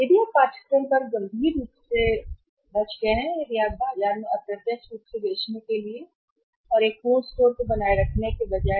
यदि आप पाठ्यक्रम पर गंभीर रूप से बच गए हैं तो यदि आप हैं बाजार में अप्रत्यक्ष रूप से बेचने के लिए और एक पूर्ण स्टोर को बनाए रखने के बजाय